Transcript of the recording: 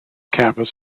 campus